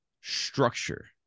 structure